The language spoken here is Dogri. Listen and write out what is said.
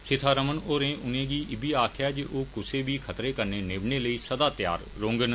सीथारमण होरे उने गी इब्बी आखेआ जे ओह् कुसै बी खतरें कन्नै निब्बड़ने लेई सदा तैयार रौह्न